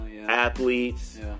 Athletes